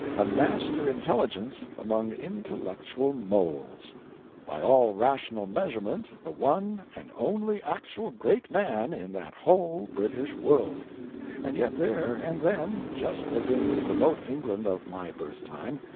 a master intelligence among intellectual moles by all rational measurement the one and only actually great man in that whole british world and yet there and then, just as in the remote england of my birth-time,